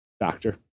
Doctor